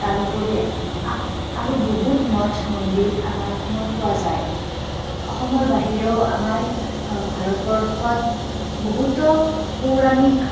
তাৰোপৰি আৰু বহুত মঠ মন্দিৰ আমাৰ অসমত পোৱা যায় অসমৰ বাহিৰেও আমাৰ ভাৰতবৰ্ষত বহুতো পৌৰাণিক